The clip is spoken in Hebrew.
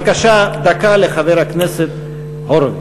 בבקשה, דקה לחבר הכנסת הורוביץ.